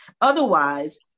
Otherwise